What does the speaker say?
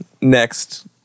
next